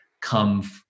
come